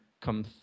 come